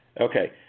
Okay